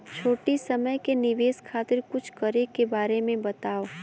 छोटी समय के निवेश खातिर कुछ करे के बारे मे बताव?